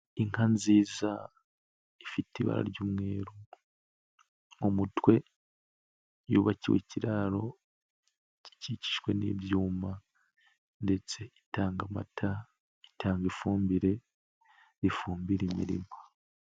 Inka nziza ifite ibara ry'umweru mu mutwe, yubakiwe ikiraro gikikijwe n'ibyuma ndetse itanga amata, itanga ifumbire ifumbira imirima.